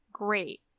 great